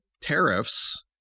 tariffs